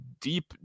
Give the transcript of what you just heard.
deep